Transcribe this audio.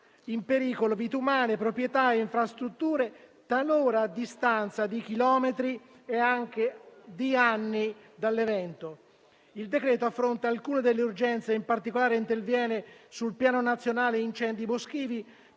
in pericolo vite umane, proprietà, infrastrutture, talora a distanza di chilometri e anche di anni dall'evento. Il decreto-legge al nostro esame affronta alcune delle urgenze e in particolare interviene sul Piano nazionale incendi boschivi